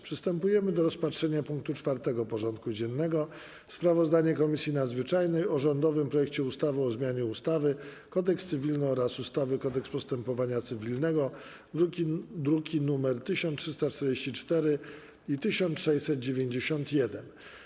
Przystępujemy do rozpatrzenia punktu 4. porządku dziennego: Sprawozdanie Komisji Nadzwyczajnej o rządowym projekcie ustawy o zmianie ustawy - Kodeks cywilny oraz ustawy - Kodeks postępowania cywilnego (druki nr 1344 i 1691)